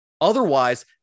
Otherwise